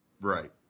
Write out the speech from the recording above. Right